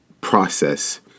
process